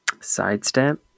Sidestep